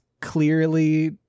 clearly